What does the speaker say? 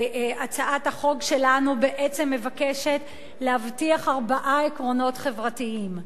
הצעת החוק שלנו בעצם מבקשת להבטיח ארבעה עקרונות חברתיים,